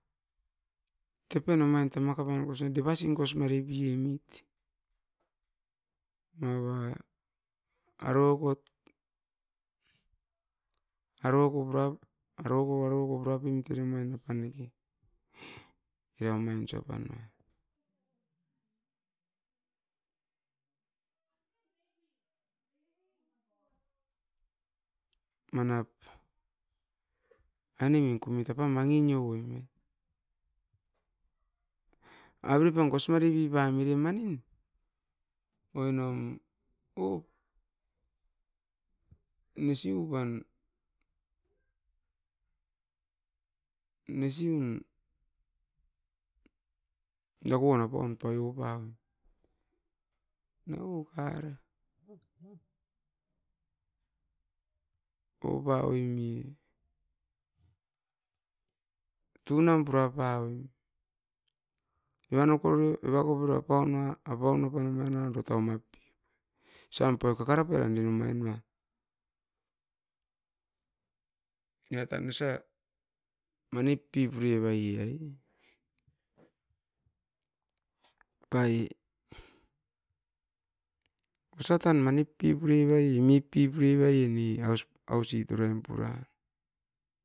Tepen omain kosi mare pauoi, devasin kosinga repauoi, omain tepen era aro, aroko pura pemit aine apeneke era omain osa panuan, manap ainemin kumit apan mangi nionoim. Avere pan kos mare paoim manin, oinom misiu pan dakon apaun pai oupa woim. Eram o kar oupavoim, tunan pura pavoim era koporio eupavoim. Osan kaka rapai ran era osa manid pipure vait e ai pai osa tan manip pipurevait imip pipurevaie.